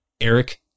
Eric